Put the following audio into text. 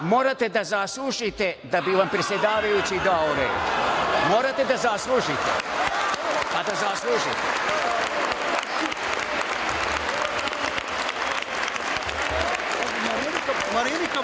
morate da zaslužite da bi vam predsedavajući dao reč. Morate da zaslužite.(Borislav